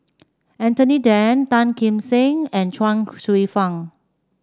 Anthony Then Tan Kim Seng and Chuang Hsueh Fang